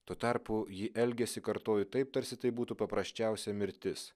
tuo tarpu ji elgėsi kartoju taip tarsi tai būtų paprasčiausia mirtis